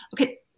Okay